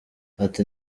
ati